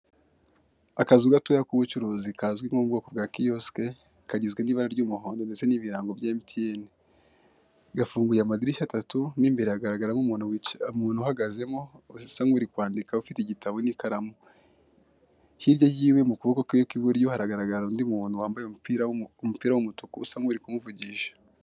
Akazu gatoya k'ubucuruzi kazwi nk'ubwoko bwa kiyosike, kagizwe n'ibara ry'umuhondo ndetse n'ibirango bya emutiyene. Gafunguye amadirishya atatu mo imbere hagaragaramo umuntu uhagazemo usa nk'uri kwandika ufite igitabo n'ikaramu. Hirya yiwe mu kuboko kwiwe kw'iburyo haragaragara undi muntu wambaye umupira w'umutuku usa nk'uri kumuvugisha.